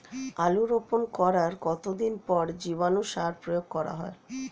আলু রোপণ করার কতদিন পর জীবাণু সার প্রয়োগ করা হয়?